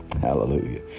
Hallelujah